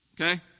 Okay